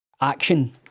action